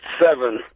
seven